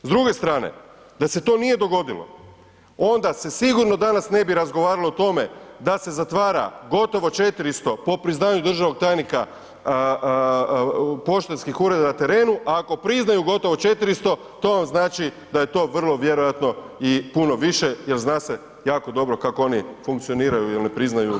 S druge strane, da se to nije dogodilo onda se sigurno danas ne bi razgovaralo o tome da se zatvara gotovo 400 po priznanju državnog tajnika poštanskih ureda na terenu ako priznaju gotovo 400, to znači da je to vrlo vjerojatno i puno više jer zna se jako dobro kako oni funkcioniraju jel ne priznaju